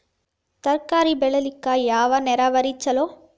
ತರಕಾರಿ ಬೆಳಿಲಿಕ್ಕ ಯಾವ ನೇರಾವರಿ ಛಲೋ?